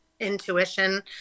intuition